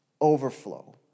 overflow